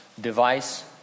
device